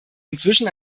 inzwischen